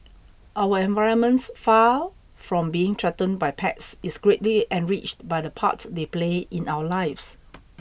our environment far from being threatened by pets is greatly enriched by the part they play in our lives